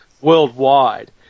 worldwide